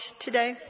today